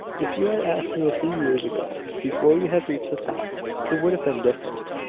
if you had asked me a few years ago, before you had reached the top it would have been different.